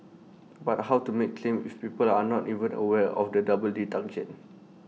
but how to make claim if people are not even aware of the double deduction